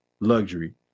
luxury